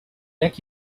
neck